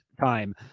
time